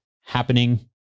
happening